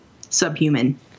subhuman